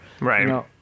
Right